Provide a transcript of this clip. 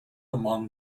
among